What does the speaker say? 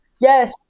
Yes